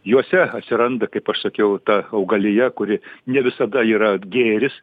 juose atsiranda kaip aš sakiau ta augalija kuri ne visada yra gėris